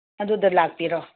ꯑꯗꯨꯗ ꯂꯥꯛꯄꯤꯔꯣ